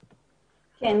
כן,